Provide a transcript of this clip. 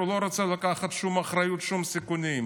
הוא לא רוצה לקחת שום אחריות, שום סיכונים.